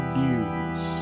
news